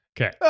Okay